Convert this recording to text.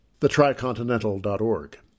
thetricontinental.org